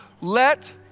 Let